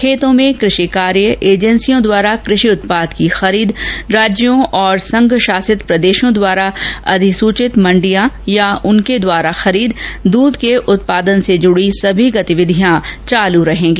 खेतों में कृषि कार्य एजेंसियों द्वारा कृषि उत्पाद की खरीद राज्यों और संघ शासित प्रदेशों द्वारा अधिसूचित मण्डियां या उनके द्वारा खरीद दूध के उत्पादन से जुड़ी गतिविधियां चालू रहेगी